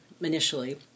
initially